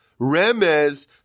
remez